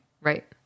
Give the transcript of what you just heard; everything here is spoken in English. Right